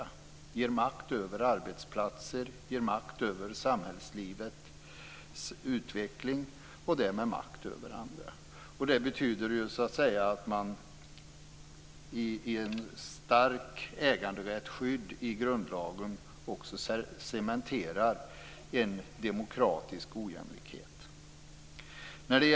Det ger makt över arbetsplatser och samhällslivets utveckling och därmed makt över andra. Det betyder ju att man med ett starkt skydd för äganderätten i grundlagen också cementerar en demokratisk ojämlikhet.